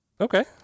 Okay